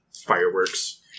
fireworks